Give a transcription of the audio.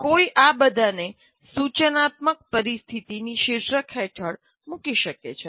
કોઈ આ બધાને સૂચનાત્મક પરિસ્થિતિની શીર્ષક હેઠળ મૂકી શકે છે